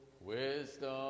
wisdom